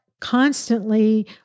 constantly